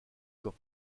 camp